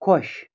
خۄش